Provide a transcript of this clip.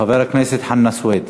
חבר הכנסת חנא סוייד,